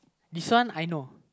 this one I know